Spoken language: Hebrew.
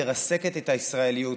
מרסקת את הישראליות,